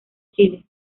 chile